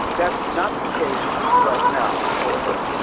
that's not the case right now however.